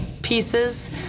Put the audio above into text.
Pieces